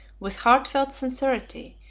with heartfelt sincerity,